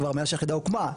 כבר מאז שהיחידה הוקמה,